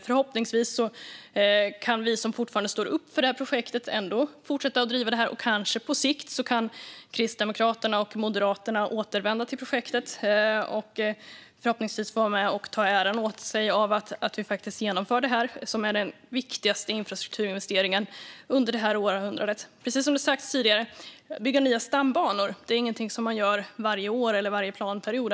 Förhoppningsvis kan vi som fortfarande står upp för projektet ändå fortsätta att driva det, och kanske kan Kristdemokraterna och Moderaterna på sikt återvända till projektet och vara med och ta åt sig äran för att genomföra den viktigaste infrastrukturinvesteringen det här århundradet. Precis som sagts tidigare är att bygga nya stambanor ingenting som man gör varje år eller ens varje planperiod.